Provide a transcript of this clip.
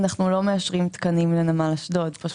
אנו לא מאשרים תקנים לנמל אשדוד.